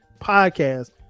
podcast